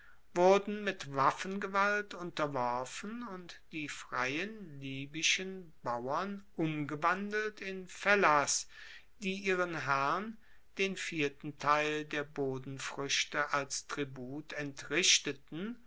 wurden mit waffengewalt unterworfen und die freien libyschen bauern umgewandelt in fellahs die ihren herren den vierten teil der bodenfruechte als tribut entrichteten